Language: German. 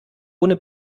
ohne